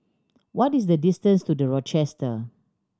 what is the distance to The Rochester